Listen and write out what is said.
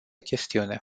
chestiune